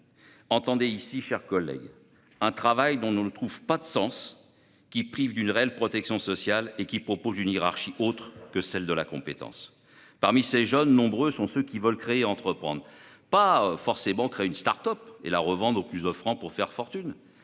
entendez par là, mes chers collègues, un travail auquel on ne trouve pas de sens, qui prive d'une réelle protection sociale et dans lequel règne une hiérarchie autre que celle de la compétence. Parmi ces jeunes, nombreux sont ceux qui veulent créer et entreprendre, mais pas forcément en fondant une start-up pour la revendre au plus offrant et faire fortune.